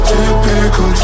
typical